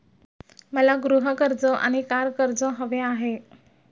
मला गृह कर्ज आणि कार कर्ज हवे आहे